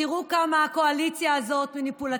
תראו כמה הקואליציה הזאת מניפולטיבית.